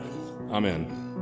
Amen